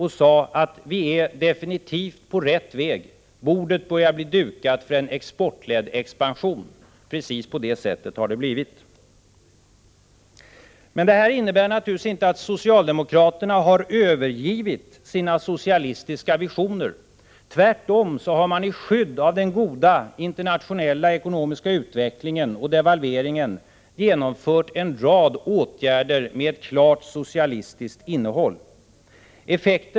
Han sade att vi definitivt var på rätt väg. Bordet börjar bli dukat för en exportledd expansion. Precis på det sättet har det också blivit. Detta innebär naturligtvis inte att socialdemokraterna övergivit sina socialistiska visioner. Tvärtom har man i skydd av den goda internationella ekonomiska utvecklingen och devalveringen genomfört en rad åtgärder med klart socialistiskt innehåll.